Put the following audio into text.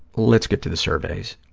let's get to the surveys.